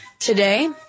Today